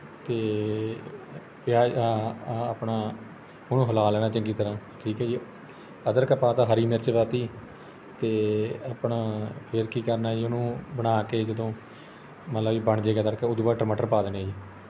ਅਤੇ ਪਿਆਜ਼ ਆ ਆਹ ਆਪਣਾ ਉਹਨੂੰ ਹਿਲਾ ਲੈਣਾ ਚੰਗੀ ਤਰ੍ਹਾਂ ਠੀਕ ਹੈ ਜੀ ਅਦਰਕ ਪਾ ਤਾ ਹਰੀ ਮਿਰਚ ਪਾ ਤੀ ਅਤੇ ਆਪਣਾ ਫਿਰ ਕੀ ਕਰਨਾ ਜੀ ਉਹਨੂੰ ਬਣਾ ਕੇ ਜਦੋਂ ਮੰਨ ਲੈ ਵੀ ਬਣ ਜੇਗਾ ਤੜਕਾ ਉਹ ਤੋਂ ਬਾਅਦ ਟਮਾਟਰ ਪਾ ਦੇਣੇ ਆ ਜੀ